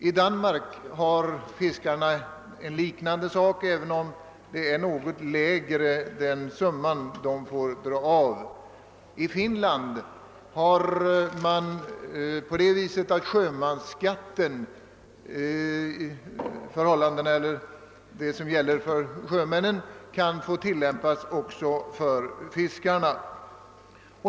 I Danmark har fiskarna en liknande rätt, även om den summa de får dra av är något lägre. I Finland kan de skatteregler som gäller för sjömännen också få tillämpas för fiskarna.